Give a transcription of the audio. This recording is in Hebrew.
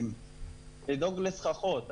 לדאוג לסככות.